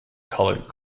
coloured